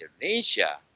Indonesia